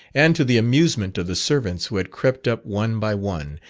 and to the amusement of the servants who had crept up one by one,